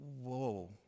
whoa